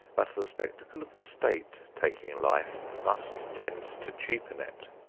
but the spectacle of the state taking life must tend to cheapen it.